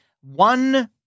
One